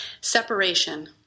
Separation